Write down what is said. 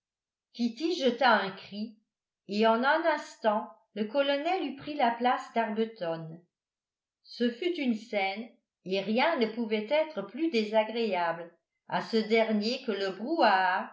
jeta un cri et en un instant le colonel eut pris la place d'arbuton ce fut une scène et rien ne pouvait être plus désagréable à ce dernier que le